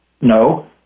No